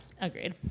Agreed